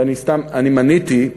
ואני מניתי,